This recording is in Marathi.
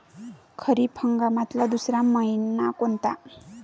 खरीप हंगामातला दुसरा मइना कोनता?